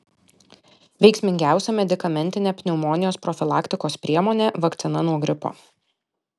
veiksmingiausia medikamentinė pneumonijos profilaktikos priemonė vakcina nuo gripo